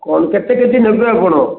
କ'ଣ କେତେ K G ନେବେ ଆପଣ